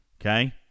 Okay